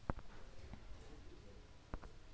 का मोला ऋण ले बर जमानत जरूरी हवय?